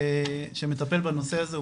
שמטפל בנושא הזה,